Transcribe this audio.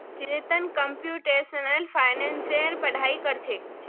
Chetan computational फाइनेंसेर पढ़ाई कर छेक